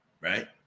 Right